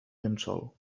llençol